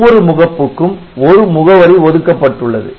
ஒவ்வொரு முகப்புக்கும் ஒரு முகவரி ஒதுக்கப்பட்டுள்ளது